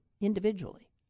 individually